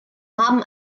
haben